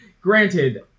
granted